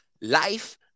life